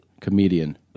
Comedian